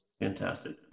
Fantastic